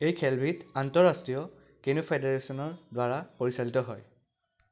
এই খেলবিধ আন্তঃৰাষ্ট্ৰীয় কেনু ফেডাৰেচনৰ দ্বাৰা পৰিচালিত হয়